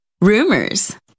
rumors